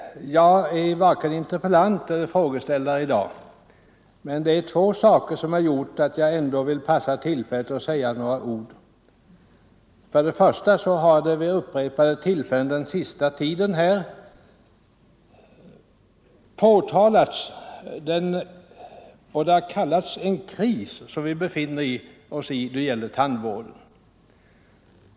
Jag är varken interpellant eller frågeställare, men två förhållanden har gjort att jag ändå velat begagna detta tillfälle till att säga några ord. Det har vid upprepade tillfällen under den senaste tiden påtalats att vi befinner oss i en kris då det gäller tandvården.